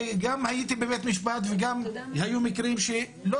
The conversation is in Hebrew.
גם הייתי בבית משפט וגם היו מקרים שלא